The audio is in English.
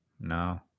No